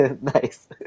Nice